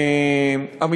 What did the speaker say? תודה רבה.